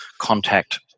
contact